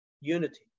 unity